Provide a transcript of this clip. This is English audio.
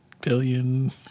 billion